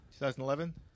2011